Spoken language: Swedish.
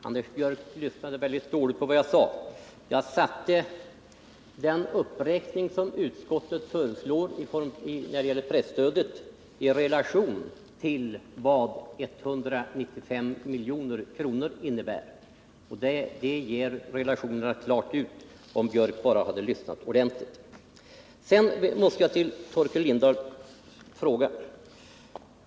Herr talman! Anders Björck lyssnade dåligt på vad jag sade. Jag satte den uppräkning som utskottet föreslår när det gäller presstödet i relation till vad 195 milj.kr. innebär, och då är det inte fråga om några smulor.